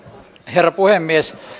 herra puhemies